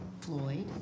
Floyd